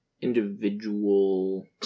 Individual